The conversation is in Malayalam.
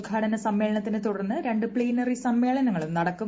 ഉദ്ഘാടന സമ്മേളനത്തിനെ ത്തുടർന്ന് രണ്ട് പ്ലീനറി സമ്മേളനങ്ങളും നടക്കും